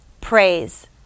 Praise